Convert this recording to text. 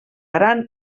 gran